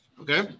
Okay